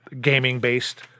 gaming-based